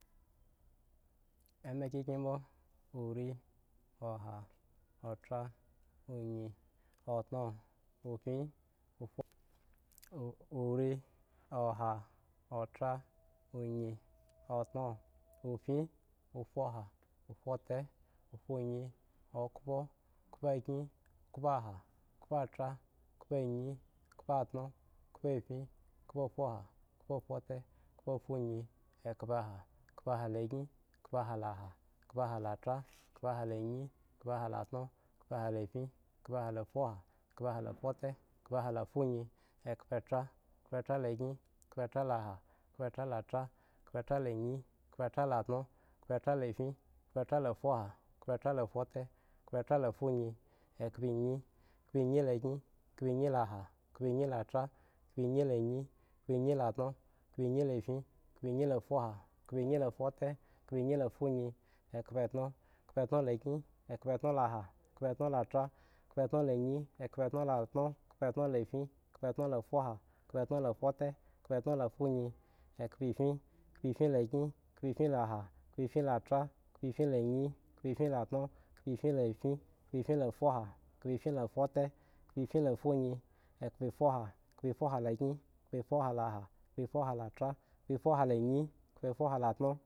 Ema kyin kyin mbo, uri, oha, otra, onyi, otna, ofin, ofuha, ofute, ofunyi, okhpo, khpokyin, khpo ha, khpo tra, khpo anyi, khpo tno, khpo fin, khpo ufha, khpo fute, khpo fungi, khpoeha, khpoeha la kyin, khpoeha la ha, khpoeha la tra, khpoeha la anyi, khpoeha la ha, khpoeha la tra, khpoeha la anyi, khpoeha la tro, khipo ehala fin, khpoeha la anyi, khpoeha la tro, khipo eha la fin, khpoeha la fuha, khpoeha la fute, khpoeha la funyi, ekpoetra la anyi, khpoetra la kyin, khpoe la ha, khpoetr la tra, khpoetra la armi, khpoetra la tno, khpoetra la fin, khpoetra la fuha, khpoetra la fute, khpoe a funyi ekpo enyi, khpoenyi la kyin, khpoenyi la ha, khpoenyi la tra, khpoenyi la anyi, khpoe enyi la tra, khpoeyi lafin, khpoenyi la fuha, khpoemyi la fute, khpoenyi la funyi, ekpoetro khpoetno la kyin, khpoetro la ha, khpoetno la tra, khpoetno la any, khpoetno la tno, khpoetrno la fin, khpoetno ta fuha, khpoetno la fute, khpoetno la funyi, ekhpoefin khpoefin la kyin, khpoefin la ha khpoetno la tra, khpoein la anyi, khpoefin la fute, khpoefin la funyi, ekhpoefuha khpoefuha la kyin, khpoefuhala ha, khpoefuba la tra, khpoefuh anyi, khpoefuka la tno.